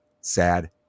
sad